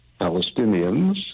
Palestinians